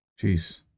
Jeez